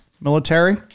military